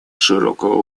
широкого